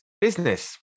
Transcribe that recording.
business